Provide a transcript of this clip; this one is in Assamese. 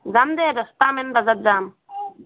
যাম দে দহটা মান বজাত যাম